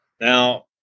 Now